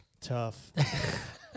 Tough